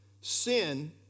sin